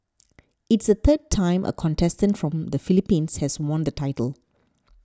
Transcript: it's the third time a contestant from the Philippines has won the title